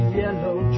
yellow